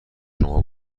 شما